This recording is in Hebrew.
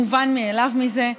מובן מאליו מזה,